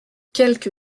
quelque